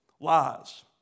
Lies